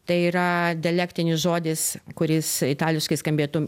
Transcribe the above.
tai yra dialektinis žodis kuris itališkai skambėtų